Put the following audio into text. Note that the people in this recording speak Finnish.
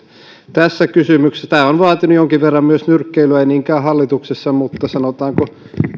tässä kysymyksessä tämä on vaatinut jonkin verran myös nyrkkeilyä ei niinkään hallituksessa mutta sanotaanko